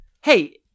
Hey